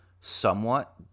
somewhat